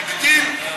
נגדיל.